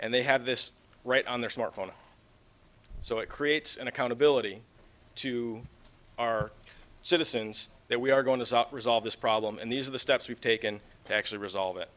and they have this right on their smartphone so it creates an accountability to our citizens that we are going to resolve this problem and these are the steps we've taken to actually resolve it